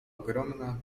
ogromna